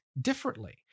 differently